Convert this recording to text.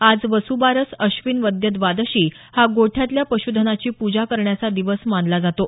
आज वसुबारस अश्विन वद्य द्वादशी हा गोठ्यातल्या पश्धनाची पूजा करण्याचा दिवस मानला जातो